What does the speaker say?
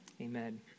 Amen